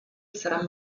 sarà